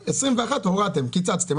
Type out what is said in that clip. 21' הורדתם, קיצצתם.